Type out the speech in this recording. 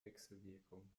wechselwirkung